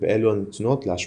ובאלו הנתונות להשפעתה.